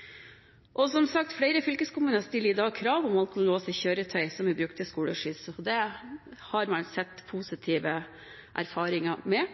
kjøring. Som sagt stiller flere fylkeskommuner i dag krav om at bare alkolåste kjøretøy skal brukes til skoleskyss. Det har man hatt positive erfaringer med.